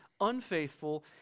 unfaithful